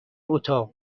اتاق